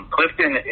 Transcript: Clifton